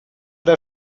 der